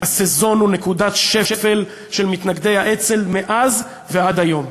ה"סזון" הוא נקודת שפל של מתנגדי האצ"ל מאז ועד היום.